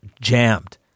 jammed